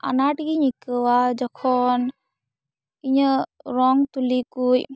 ᱟᱱᱟᱴ ᱜᱮᱧ ᱟᱹᱭᱠᱟᱹᱣᱟ ᱡᱚᱠᱷᱚᱱ ᱤᱧᱟᱹᱜ ᱨᱚᱝ ᱛᱩᱞᱤ ᱠᱚ